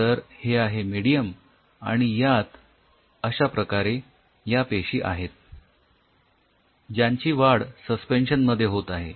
तर हे आहे मेडीयम आणि यात अश्या प्रकारे या पेशी आहेत ज्यांची वाढ सस्पेन्शन मध्ये होत आहे